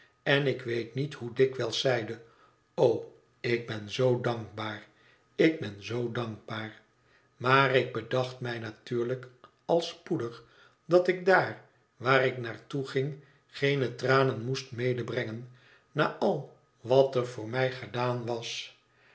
en ik weet niet hoe dikwijls zeide o ik ben zoo dankbaar ik ben zoo dankbaar maar ik bedacht mij natuurlijk al spoedig dat ik daar waar ik naar toe ging geene tranen moest medebrengen na al wat er voor mij gedaan was